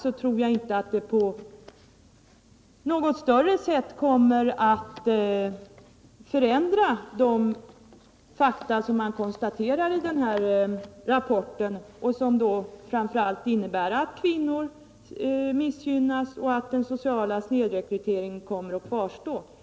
Jag tror inte att det i någon större utsträckning kommer att förändra de fakta som konstateras i rapporten, som framför allt går ut på att kvinnor missgynnas och att den sociala snedrekryteringen kommer att kvarstå.